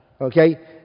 Okay